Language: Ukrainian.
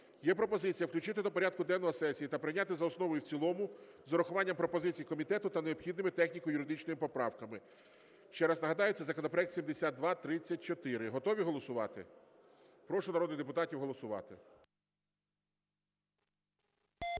Є пропозиція включити до порядку денного сесії та прийняти за основу і в цілому з урахуванням пропозицій комітету та необхідними техніко-юридичними поправками. Ще раз нагадаю, це законопроект 7234. Готові голосувати? Прошу народних депутатів голосувати.